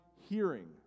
hearing